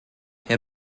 herr